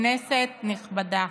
כנסת נכבדה,